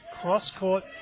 cross-court